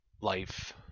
life